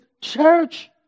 church